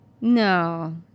No